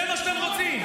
זה מה שאתם רוצים?